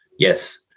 Yes